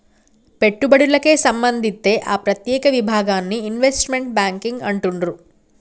పెట్టుబడులకే సంబంధిత్తే ఆ ప్రత్యేక విభాగాన్ని ఇన్వెస్ట్మెంట్ బ్యేంకింగ్ అంటుండ్రు